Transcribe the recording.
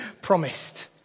promised